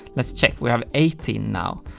let's check, we have eighteen now,